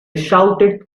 shouted